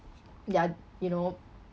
ya you know